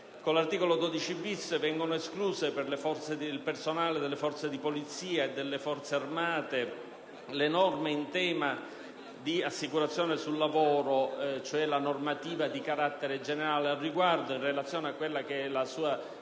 Con l'articolo 12-*bis*, vengono escluse per il personale delle forze di polizia e delle Forze armate le norme in tema di assicurazione sul lavoro, cioè la normativa di carattere generale al riguardo, in relazione alla specificità